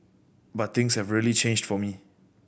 but things have really changed for me